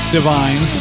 Divine